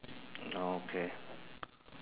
okay